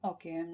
Okay